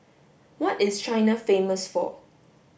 what is China famous for